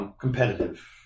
competitive